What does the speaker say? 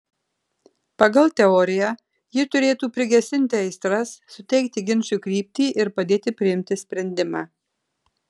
pagal teoriją ji turėtų prigesinti aistras suteikti ginčui kryptį ir padėti priimti sprendimą